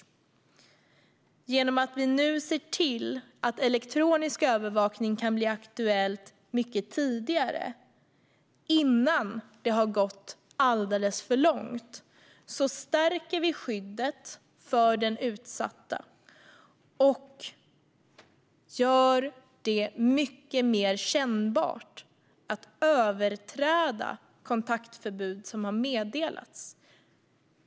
Genom att vi nu ser till att elektronisk övervakning kan bli aktuell mycket tidigare, innan det har gått alldeles för långt, stärker vi skyddet för den utsatta och gör det mycket mer kännbart att överträda kontaktförbud som har meddelats.